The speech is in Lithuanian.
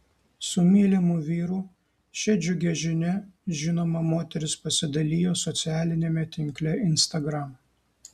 su mylimu vyru šia džiugia žinia žinoma moteris pasidalijo socialiniame tinkle instagram